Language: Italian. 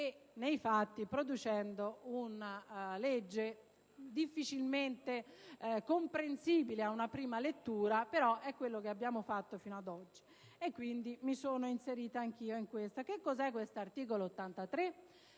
e, nei fatti, producendo una legge difficilmente comprensibile a una prima lettura. Questo, però, è ciò che abbiamo fatto fino ad oggi e, quindi, mi sono inserita anche io. Cosa è questo articolo 83?